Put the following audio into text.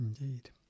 Indeed